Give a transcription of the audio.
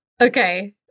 Okay